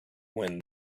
wind